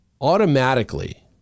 Automatically